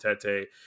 Tete